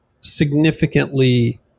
significantly